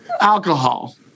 alcohol